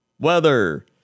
Weather